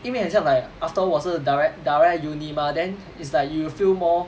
因为很像 like after all 我是 direct direct uni mah then it's like you'll feel more